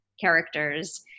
characters